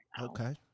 Okay